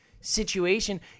situation